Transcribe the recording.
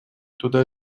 туда